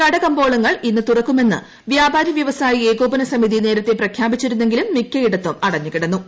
കടകമ്പോളങ്ങൽ ഇന്നു തുറക്കുമെന്ന് വ്യാപാരി വ്യവസായി ഏകോപന സമിതി നേരത്തെ പ്രഖ്യാപിച്ചിരുന്നെങ്കിലും മിക്കയിടത്തും കടകമ്പോളങ്ങൾ അടഞ്ഞു കിടന്നു